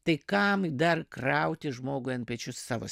tai kam dar krauti žmogui ant pečių savo